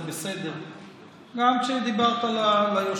זה בסדר, גם כשדיברת ליושב-ראש.